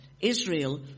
Israel